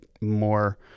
more